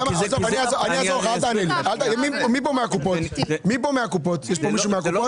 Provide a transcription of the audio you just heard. יש פה מישהו מהקופות?